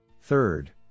Third